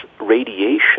radiation